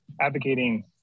advocating